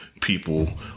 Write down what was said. people